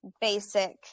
basic